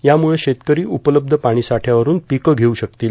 त्यामुळं शेतकरी उपलब्ध पाणीसाठ्यावरून पीकं घेऊ शकतील